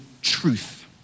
truth